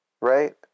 Right